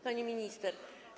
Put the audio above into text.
Pani Minister!